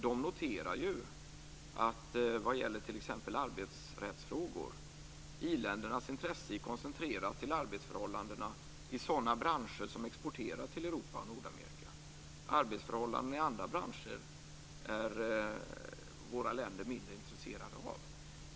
De noterar ju vad gäller t.ex. arbetsrättsfrågor att i-ländernas intresse är koncentrerat till arbetsförhållandena i sådana branscher som exporterar till Europa och Nordamerika. Arbetsförhållandena i andra branscher är våra länder mindre intresserade av.